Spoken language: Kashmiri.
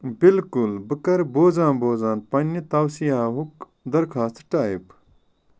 بِلکُل بہٕ کرٕ بوزان بوزان پنٛنہِ تَوسِیا ہُک درخاست ٹایِپ